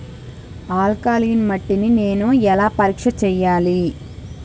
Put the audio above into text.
Alkaline మట్టి ని నేను ఎలా పరీక్ష చేయాలి?